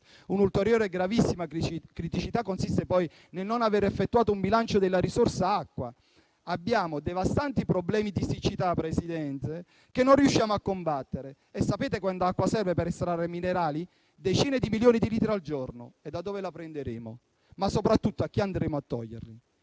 Un'ulteriore gravissima criticità consiste poi nel non aver effettuato un bilancio della risorsa acqua. Abbiamo devastanti problemi di siccità che non riusciamo a combattere. Sapete quanta acqua serve per estrarre minerali? Decine di milioni di litri al giorno. E da dove la prenderemo? Ma, soprattutto, a chi andremo a toglierla?